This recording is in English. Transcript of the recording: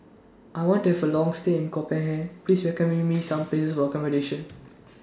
I want to Have A Long stay in Copenhagen Please recommend Me Some Places For accommodation